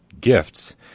gifts